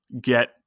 get